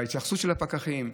על ההתייחסות של הפקחים,